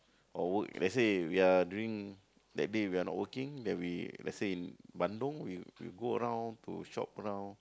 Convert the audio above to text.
our work lets say we are during that day we are not working then we lets say Bandung we we go around to shop around